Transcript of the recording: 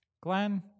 Glenn